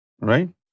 Right